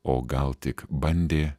o gal tik bandė